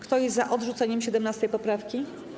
Kto jest za odrzuceniem 17. poprawki?